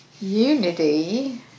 unity